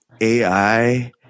AI